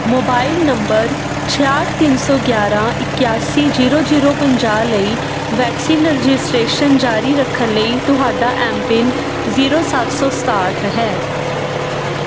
mobile number ਛਿਆਹਠ ਤਿੰਨ ਸੋ ਗਿਆਰਾਂ ਇਕਾਸੀ ਜੀਰੋ ਜੀਰੋ ਪੰਜਾਹ ਲਈ ਵੈਕਸੀਨ ਰਜਿਸਟ੍ਰੇਸ਼ਨ ਜਾਰੀ ਰੱਖਣ ਲਈ ਤੁਹਾਡਾ ਐੱਮ ਪਿੰਨ ਜੀਰੋ ਸੱਤ ਸੋ ਸਤਾਹਠ ਹੈ